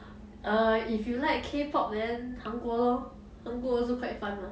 err if you like K pop then 韩国 lor 韩国 also quite fun mah